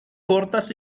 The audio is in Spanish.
cortas